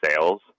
sales